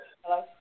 Hello